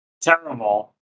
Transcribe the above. Terrible